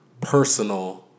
personal